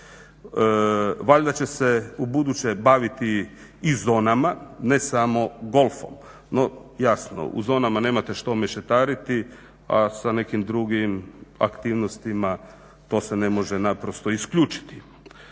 Valjda će se ubuduće baviti i zonama ne samo golfom. No jasno u zonama nemate što mešetariti, a sa nekim drugim aktivnostima to se ne može naprosto isključiti.